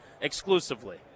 exclusively